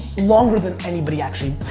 longer than anybody actually,